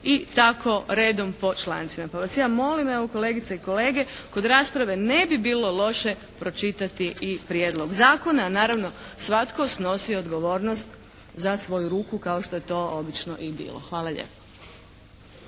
i tako redom po člancima. Pa vas ja molim evo kolegice i kolege, kod rasprave ne bi bilo loše pročitati i prijedlog zakona, naravno svatko snosi odgovornost za svoju ruku kao što je to obično i bilo. Hvala lijepo.